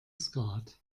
skat